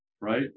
right